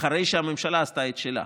אחרי שהממשלה עשתה את שלה,